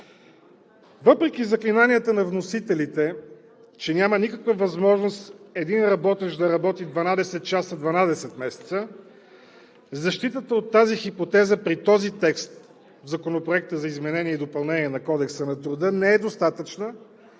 Въпреки заклинанията на вносителите, че няма никаква възможност един работещ да работи 12 часа – 12 месеца, защитата от тази хипотеза при този текст в Законопроекта за изменение и допълнение на Кодекса на труда не е достатъчна